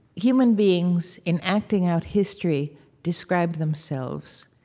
human beings in acting out history describe themselves,